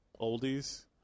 oldies